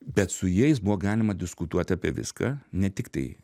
bet su jais buvo galima diskutuoti apie viską ne tiktai